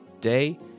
day